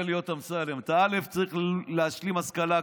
להיות אמסלם: אתה צריך להשלים השכלה אקדמית,